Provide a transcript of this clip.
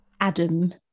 Adam